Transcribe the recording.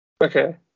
Okay